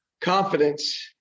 Confidence